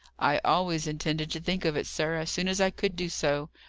i always intended to think of it, sir, as soon as i could do so,